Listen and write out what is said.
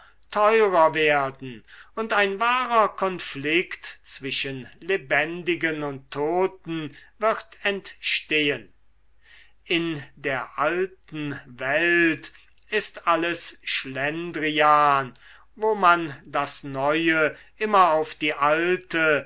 teurer werden und ein wahrhafter konflikt zwischen lebendigen und toten wird entstehen in der alten welt ist alles schlendrian wo man das neue immer auf die alte